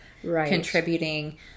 contributing